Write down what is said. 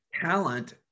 talent